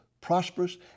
prosperous